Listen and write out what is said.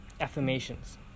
affirmations